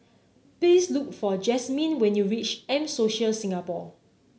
please look for Jazmyne when you reach M Social Singapore